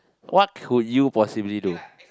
what could you possibly do